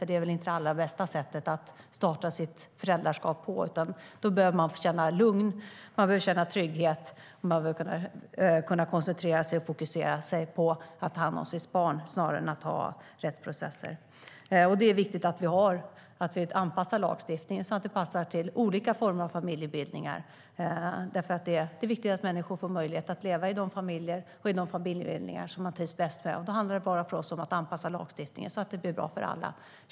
Det är knappast det allra bästa sättet att starta sitt föräldraskap på. Då behöver man få känna lugn och trygghet och kunna koncentrera sig och fokusera på att ta hand om sitt barn snarare än att ha rättsprocesser. Det är viktigt att vi anpassar lagstiftningen så att den passar olika former av familjebildningar. Det är viktigt att människor får möjlighet att leva i de familjebildningar de trivs bäst med, och då handlar det för oss om att anpassa lagstiftningen så att det blir bra för alla.